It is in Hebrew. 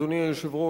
אדוני היושב-ראש,